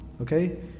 okay